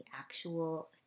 actual